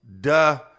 Duh